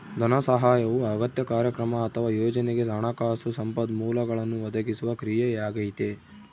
ಧನಸಹಾಯವು ಅಗತ್ಯ ಕಾರ್ಯಕ್ರಮ ಅಥವಾ ಯೋಜನೆಗೆ ಹಣಕಾಸು ಸಂಪನ್ಮೂಲಗಳನ್ನು ಒದಗಿಸುವ ಕ್ರಿಯೆಯಾಗೈತೆ